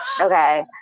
okay